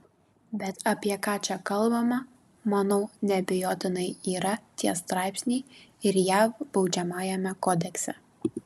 bet apie ką čia kalbama manau neabejotinai yra tie straipsniai ir jav baudžiamajame kodekse